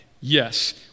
Yes